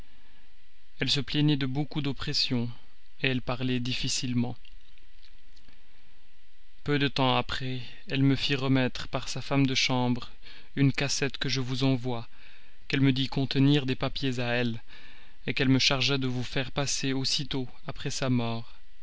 elle se plaignait de beaucoup d'oppression elle parlait difficilement peu de temps après elle me fit remettre par sa femme de chambre une cassette que je vous envoie qu'elle me dit contenir des papiers à elle qu'elle me chargea de vous faire passer aussitôt après sa mort